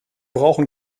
brauchen